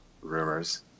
rumors